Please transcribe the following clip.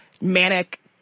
manic